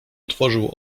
otworzył